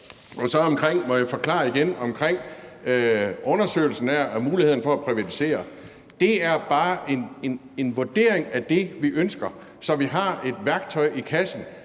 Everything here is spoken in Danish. her. Så er der det, der handler om undersøgelsen af muligheden for at privatisere. Det er bare en vurdering af det, vi ønsker, så vi får et værktøj i kassen.